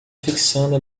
fixando